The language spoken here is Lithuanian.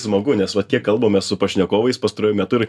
smagu nes va kiek kalbame su pašnekovais pastaruoju metu ir